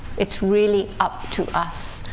it's really up to us.